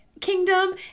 kingdom